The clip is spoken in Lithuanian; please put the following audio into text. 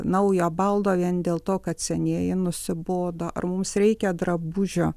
naujo baldo vien dėl to kad senieji nusibodo ar mums reikia drabužio